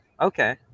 Okay